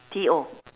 T O